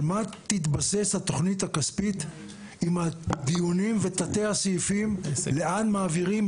על מה תתבסס התכנית הכספית עם הדיונים ותתי הסעיפים לאן מעבירים,